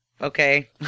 okay